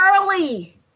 early